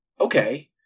Okay